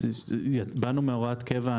באנו מהוראת קבע,